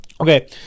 Okay